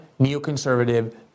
neoconservative